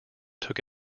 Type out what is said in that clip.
took